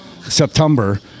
September